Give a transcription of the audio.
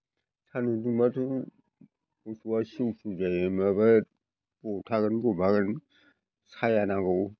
सानदुं दुंबाथ' मोसौआ सिउ सिउ जायो माबा बबाव थागोन बबाव मागोन सायहा नांगौ